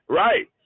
right